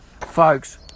Folks